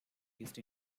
east